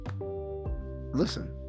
Listen